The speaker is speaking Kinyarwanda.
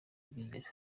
rw’inzira